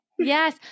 Yes